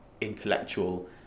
intellectual